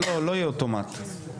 לא יהיה אוטומטי.